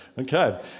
Okay